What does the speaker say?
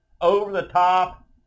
over-the-top